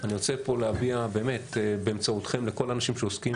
אני רוצה פה להביע באמת באמצעותכם לכל האנשים שעוסקים,